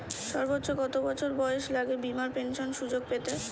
সর্বোচ্চ কত বয়স লাগে বীমার পেনশন সুযোগ পেতে?